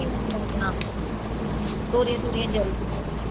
ਤੋਰੀਆਂ ਤੂਰੀਆਂ ਜਲਦੀ ਹੋ ਜਾਂਦੀਆਂ